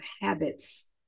habits